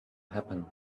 happen